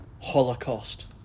holocaust